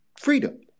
freedom